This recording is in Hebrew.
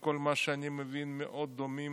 שמכל מה שאני מבין הם מאוד דומים